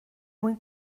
mwyn